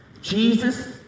jesus